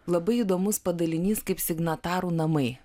labai įdomus padalinys kaip signatarų namai